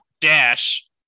dash